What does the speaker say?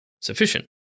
sufficient